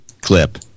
clip